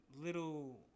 little